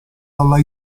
dalla